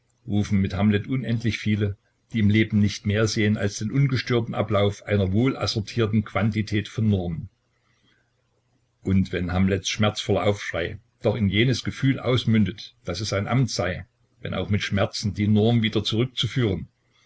rufen mit hamlet unendlich viele die im leben nicht mehr sehen als den ungestörten ablauf einer wohlassortierten quantität von normen und wenn hamlets schmerzvoller aufschrei doch in jenes gefühl ausmündet daß es sein amt sei wenn auch mit schmerzen die norm wieder zurückzuführen